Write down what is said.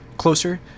Closer